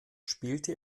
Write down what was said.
spielte